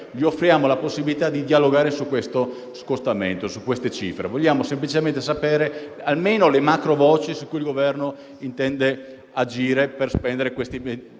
gli offriamo la possibilità di dialogare sullo scostamento, sulle cifre ipotizzate. Vogliamo semplicemente conoscere almeno le macrovoci su cui il Governo intende agire per spendere i